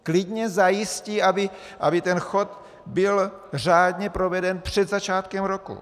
Klidně zajistí, aby ten chod byl řádně proveden před začátkem roku.